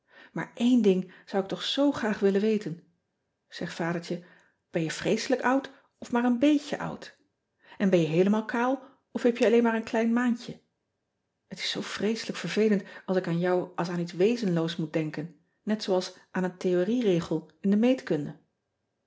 aar één ding zou ik toch zoo graag willen weten eg adertje ben je vreeselijk oud of maar een béétje oud n ben je heelemaal kaal of heb je alleen maar een klein maantje et is zoo vreeselijk vervelend als ik aan jou als aan iets wezenloos moot denken net zooals aan een theorieregel in de meetkunde